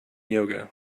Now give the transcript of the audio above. yoga